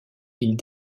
ils